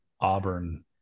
auburn